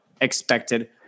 expected